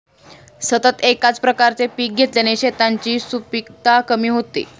सतत एकाच प्रकारचे पीक घेतल्याने शेतांची सुपीकता कमी होते